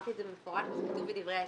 אמרתי את זה במפורש וזה כתוב בדברי ההסבר.